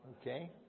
okay